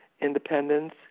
Independence